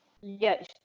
Yes